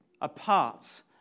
apart